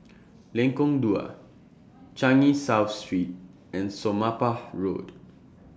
Lengkong Dua Changi South Street and Somapah Road